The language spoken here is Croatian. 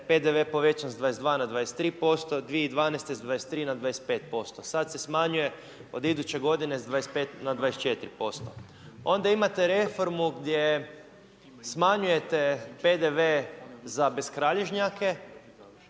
PDV je povećan sa 22 na 23%, 2012. s 23 na 25%. Sada se smanjuje od iduće g. s 25 na 24%. Onda imate reformu, gdje smanjujete PDV za beskralježnjake,